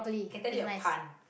can tell you a pun